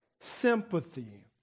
sympathy